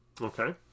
okay